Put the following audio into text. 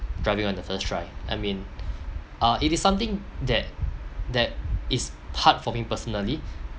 driving on the first try I mean uh it is something that that is hard for me personally